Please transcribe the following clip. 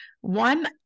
one